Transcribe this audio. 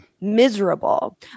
miserable